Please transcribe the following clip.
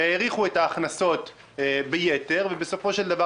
שהעריכו את ההכנסות ביתר ובסופו של דבר